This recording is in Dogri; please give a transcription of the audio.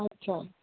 अच्छा